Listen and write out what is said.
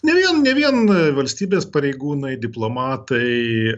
ne vien ne vien valstybės pareigūnai diplomatai